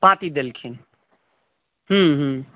पाँति देलखिन